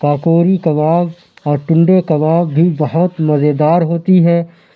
کاکوری کباب اور ٹنڈے کباب بھی بہت مزے دار ہوتی ہے